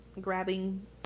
grabbing